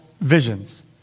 visions